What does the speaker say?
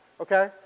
Okay